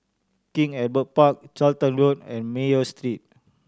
King Albert Park Charlton Road and Mayo Street